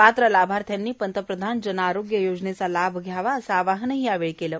पात्र लाभार्थ्यांनी पंतप्रधान जन आरोग्य योजनेचा लाभ घ्यावा असे आवाहनही यावेळी केले